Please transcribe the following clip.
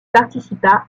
participa